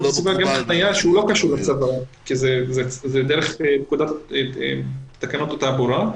זה נושא משולב --- זה דרך תקנות התעבורה.